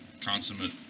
consummate